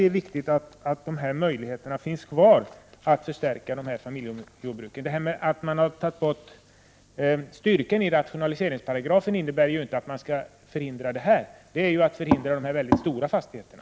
Det är därför viktigt att möjligheterna att förstärka familjejordbruken finns kvar. Att styrkan i rationaliseringsparagrafen har tagits bort innebär ju inte att man skall förhindra detta, utan det gäller att förhindra de mycket stora fastigheterna.